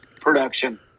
production